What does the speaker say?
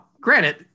granted